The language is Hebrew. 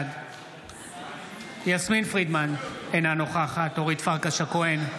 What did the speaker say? בעד יסמין פרידמן, אינה נוכחת אורית פרקש הכהן,